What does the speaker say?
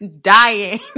dying